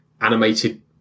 animated